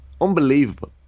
unbelievable